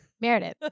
Meredith